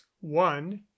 one